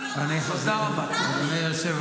מותר לי להגיד לשר משהו,